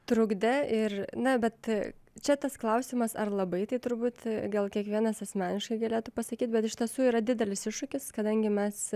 trukdė ir na bet čia tas klausimas ar labai tai turbūt gal kiekvienas asmeniškai galėtų pasakyt bet iš tiesų yra didelis iššūkis kadangi mes